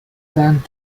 sent